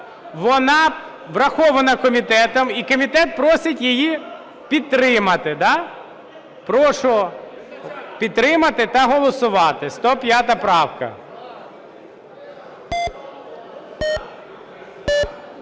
Вона врахована комітетом, і комітет просить її підтримати. Да? Прошу підтримати та голосувати. 105 правка.